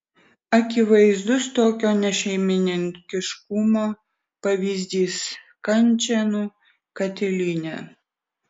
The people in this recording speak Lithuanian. akivaizdus tokio nešeimininkiškumo pavyzdys kančėnų katilinė